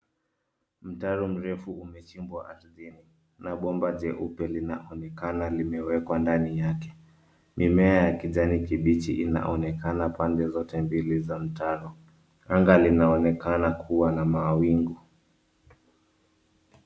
Mtaro mrefu umechimbwa na gomba jeupe limewekwa ndani yake. Mimea ya kijani kibichi inaonekana pande zote mbili za mtaro. Anga linaonekana kuwa na mawingu.